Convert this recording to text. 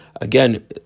Again